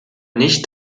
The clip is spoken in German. nicht